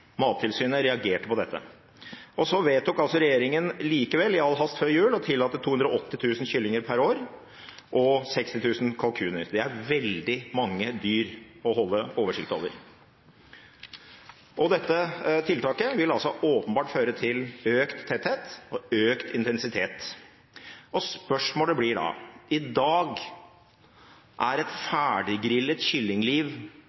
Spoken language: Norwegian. Mattilsynet reagerte på dette. Så vedtok regjeringen likevel i all hast før jul å tillate 280 000 kyllinger per år og 60 000 kalkuner. Det er veldig mange dyr å holde oversikt over. Dette tiltaket vil åpenbart føre til økt tetthet og økt intensitet. I dag er et ferdiggrillet kyllingliv verdt omtrent kr 29,90 for en forbruker i